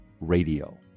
radio